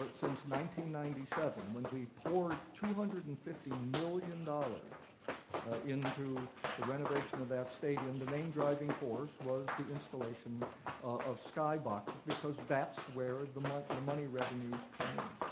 ninety ninety seven, when we poured two hundred and fifty million dollars into the renovation of that stadium, the main driving force was the installation of skyboxes because that's where the money the money revenues come in.